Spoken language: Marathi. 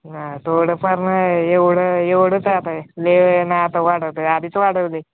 ना थोडं फार ना एवढं एवढंच आता लय नाही आता वाढवत आहे आधीच वाढवलं आहे